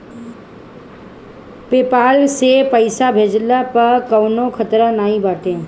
PayPal से पईसा भेजला पअ कवनो खतरा नाइ बाटे